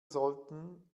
sollten